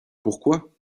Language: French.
pourquoi